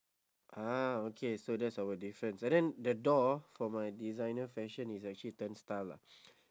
ah okay so that's our difference and then the door for my designer fashion is actually turnstile lah